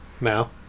Now